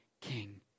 king